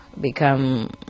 become